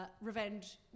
Revenge